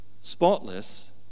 spotless